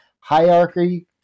Hierarchy